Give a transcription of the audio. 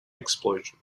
explosion